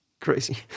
crazy